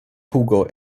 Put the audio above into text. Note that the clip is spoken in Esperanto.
pugo